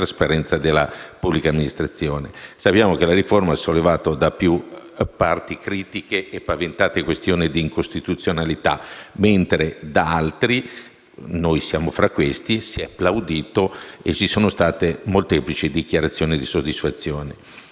la riforma ha sollevato, da più parti, critiche e paventate questioni di incostituzionalità, mentre da altre parti (noi siamo tra questi) si è plaudito e ci sono state molteplici dichiarazioni di soddisfazione.